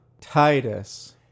Titus